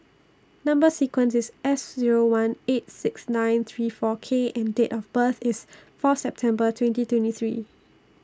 Number sequence IS S Zero one eight six nine three four K and Date of birth IS Fourth September twenty twenty three